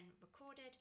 recorded